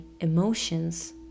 emotions